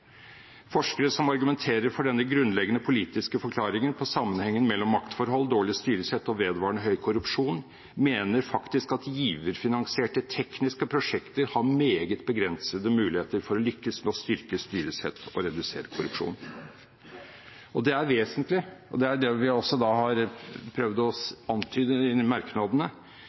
Forskere som argumenterer for denne grunnleggende politiske forklaringen på sammenhengen mellom maktforhold, dårlig styresett og vedvarende høy korrupsjon, mener faktisk at giverfinansierte tekniske prosjekter har meget begrensede muligheter for å lykkes med å styrke styresett og redusere korrupsjon. Det er vesentlig, og det er også det vi har prøvd å antyde i merknadene,